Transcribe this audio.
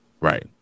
Right